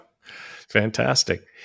Fantastic